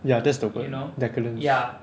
ya that's the word decadence